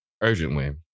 urgently